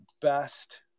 best